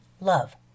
love